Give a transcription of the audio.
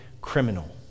criminal